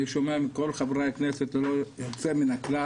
אני שומע מכל חברי הכנסת ללא יוצא מן הכלל,